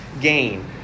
gain